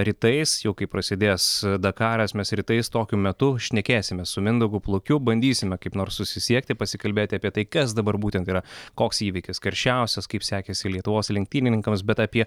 rytais jau kai prasidės dakaras mes rytais tokiu metu šnekėsime su mindaugu plukiu bandysime kaip nors susisiekti pasikalbėti apie tai kas dabar būtent yra koks įvykis karščiausias kaip sekėsi lietuvos lenktynininkams bet apie